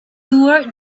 toward